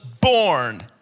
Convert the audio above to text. born